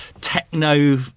techno